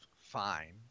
fine